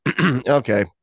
okay